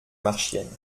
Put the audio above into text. marchiennes